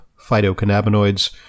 phytocannabinoids